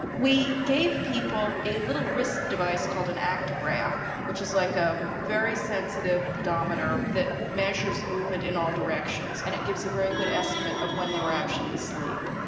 we gave people a little wrist device called an actigraph, which is like a very sensitive pedometer that measures movement in all directions and it gives a very good estimate of when they were actually asleep.